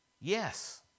yes